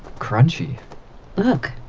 crunchy look.